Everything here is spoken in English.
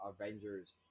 Avengers